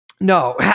No